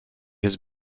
has